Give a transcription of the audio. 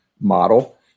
model